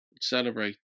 Celebrate